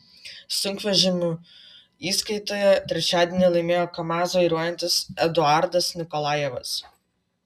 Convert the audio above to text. sunkvežimių įskaitoje trečiadienį laimėjo kamaz vairuojantis eduardas nikolajevas